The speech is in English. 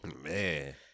Man